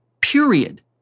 Period